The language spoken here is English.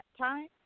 time